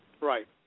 Right